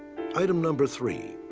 item number three,